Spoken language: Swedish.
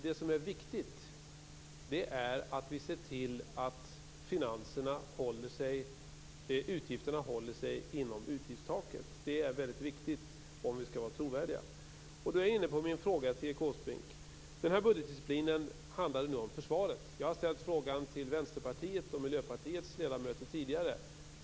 Det är viktigt att vi ser till att utgifterna håller sig inom utgiftstaket om vi skall vara trovärdiga. Då är jag inne på min fråga till Erik Åsbrink. Den här budgetdisciplinen handlade nu om försvaret. Jag har tidigare ställt frågan till Vänsterpartiets och Miljöpartiets ledamöter.